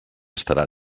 estarà